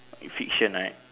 fiction right